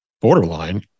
Borderline